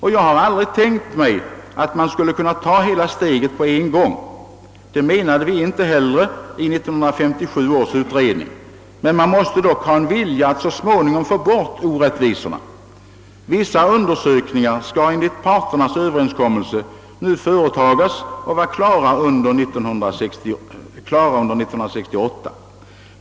Och jag har aldrig tänkt mig att man skulle kunna ta hela steget på en gång. Det menade vi inte heller i 1957 års utredning. Men man måste dock ha en vilja att så småningom få bort orättvisorna. Vissa undersökningar skall enligt parternas överenskommelse nu företagas och vara klara under år 1968.